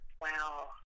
Wow